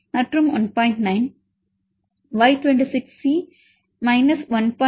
9 Y26C 1